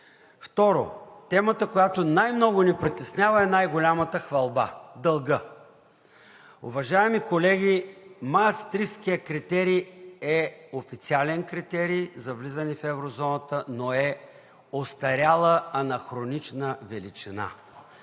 Второ, темата, която най-много ни притеснява, е най-голяма хвалба – дългът. Уважаеми колеги, Маастрихтският критерий е официален критерий за влизане в еврозоната, но е остаряла анахронична величина